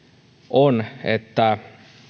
on että